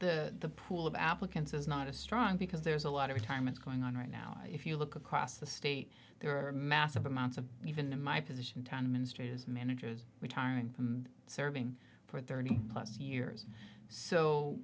that the pool of applicants is not a strong because there's a lot of retirement going on right now if you look across the state there are massive amounts of even in my position time ministers managers retiring serving for thirty plus years so